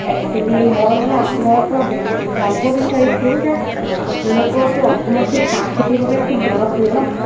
actually মই মানে আপোনাৰ পৰা জানিব বিচাৰিছিলোঁ যে আপোনালোকৰটো অসমত চাহ খেতিৰ বাবে খুব জনপ্ৰিয় ন